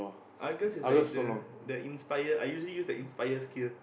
Argus is like the I usually use the inspired skill